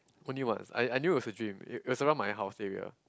only once I I knew was a dream it it was around my house area